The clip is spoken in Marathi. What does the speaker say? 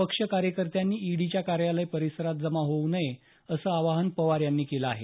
पक्ष कार्यकर्त्यांनी ईडीच्या कार्यालय परीसरात जमा होऊ नये असं आवाहन पवार यांनी केलं आहे